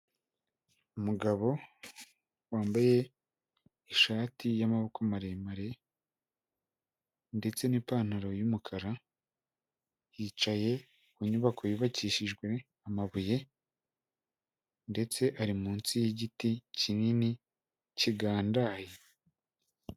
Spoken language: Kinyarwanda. Umugabo wambaye ishati y'amaboko maremare ndetse n'ipantaro y'umukara, yicaye ku nyubako yubakishijwe amabuye ndetse ari munsi y'igiti kinini kigandaye.